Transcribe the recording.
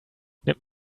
nimmt